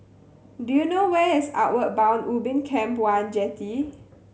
do you know where is Outward Bound Ubin Camp One Jetty